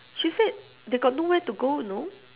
she said they got no where to go you know